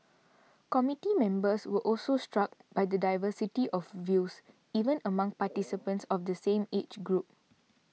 committee members were also struck by the diversity of views even among participants of the same age group